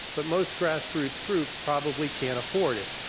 but most grassroots groups probably can't afford it.